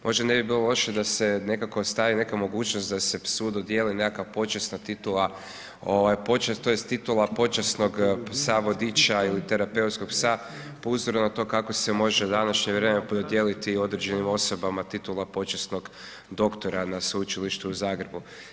Možda ne bi bilo loše da se nekako ostavi neka mogućnost da se psu dodijeli nekakva počasna titula, tj. titula počasnog psa vodiča ili terapeutskog psa po uzoru na to kako se može u današnje vrijeme dodijeliti određenim osobama titula počasnog doktora na Sveučilištu u Zagrebu.